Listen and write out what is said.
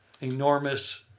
enormous